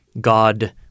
God